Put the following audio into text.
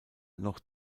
noch